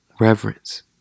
reverence